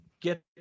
Get